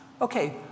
Okay